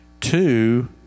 Two